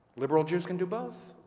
liberal jews can do both.